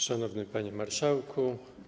Szanowny Panie Marszałku!